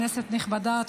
כנסת נכבדה,